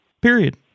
Period